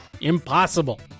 Impossible